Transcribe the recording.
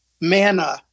manna